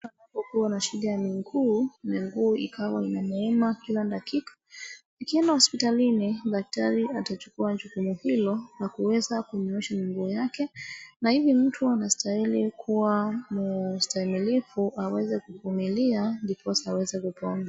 Mutu anapokuwa na shida ya miguu. Mguu ikawa inaneema kila dakika. Ukienda hospitalini daktari atachukua jukumu hilo la kuweza kunyoosha miguu yake, na hivi mtu anastahili kuwa mustaimilifu aweze kuvumilia ndiposa aweze kupona.